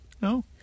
No